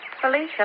Felicia